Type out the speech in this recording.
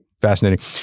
fascinating